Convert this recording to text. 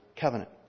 Covenant